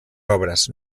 obres